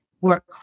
work